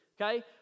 okay